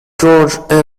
george